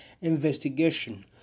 investigation